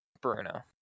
Bruno